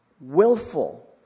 willful